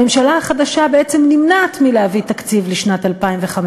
הממשלה החדשה בעצם נמנעת מלהביא תקציב לשנת 2015,